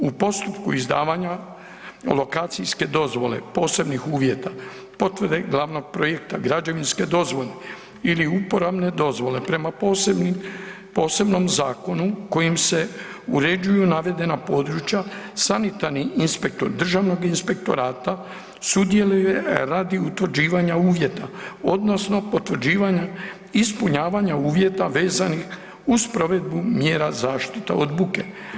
U postupku izdavanja alokacijske dozvole, posebnih uvjeta, potvrde glavnog projekta, građevinske dozvole ili uporabne dozvole, prema posebnim, posebnom zakonu kojim se uređuju navedena područja, sanitarni inspektor državnog inspektorata sudjeluje radi utvrđivanja uvjeta odnosno potvrđivanja ispunjavanja uvjeta vezanih uz provedbu mjera zaštite od buke.